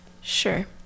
Sure